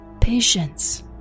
Patience